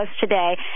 today